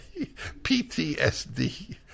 PTSD